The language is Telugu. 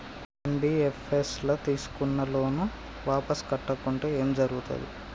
ఎన్.బి.ఎఫ్.ఎస్ ల తీస్కున్న లోన్ వాపస్ కట్టకుంటే ఏం జర్గుతది?